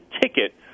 ticket